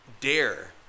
dare